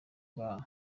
bwa